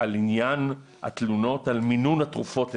על עניין התלונות על מינון התרופות לסרטן.